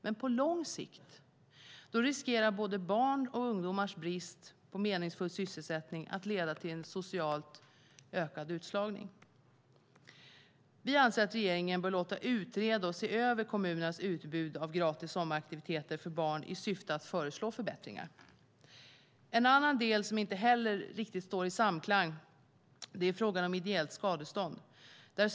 Men på lång sikt riskerar barns och ungdomars brist på meningsfull sysselsättning att leda till ökad social utslagning. Vi anser att regeringen bör låta utreda och se över kommunernas utbud av gratis sommaraktiviteter för barn i syfte att föreslå förbättringar. En annan del som inte heller riktigt står i samklang är frågan om ideellt skadestånd.